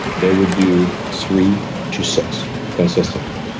they would do three to six, consistently.